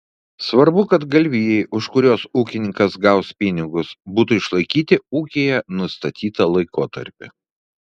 svarbu kad galvijai už kuriuos ūkininkas gaus pinigus būtų išlaikyti ūkyje nustatytą laikotarpį